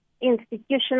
institutional